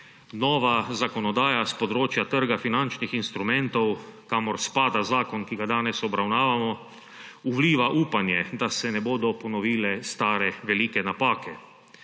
Nova zakonodaja s področja trga finančnih instrumentov, kamor spada zakon, ki ga danes obravnavamo, vliva upanje, da se ne bodo ponovile stare velike napake.